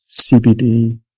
CBD